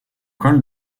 col